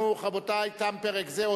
רבותי, תם פרק זה.